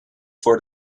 for